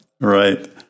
right